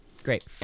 Great